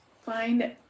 find